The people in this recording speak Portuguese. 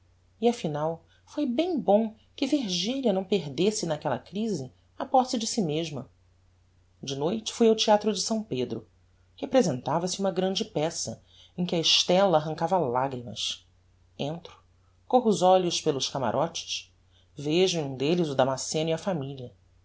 e afinal foi bem bom que virgilia não perdesse naquella crise a posse de si mesma de noite fui ao theatro de s pedro representava-se uma grande peça em que a estella arrancava lagrimas entro corro os olhos pelos camarotes vejo em um delles o damasceno e a familia